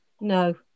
No